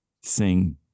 sing